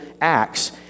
acts